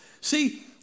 see